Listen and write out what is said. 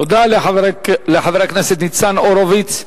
תודה לחבר הכנסת ניצן הורוביץ,